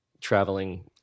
traveling